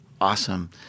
Awesome